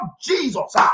Jesus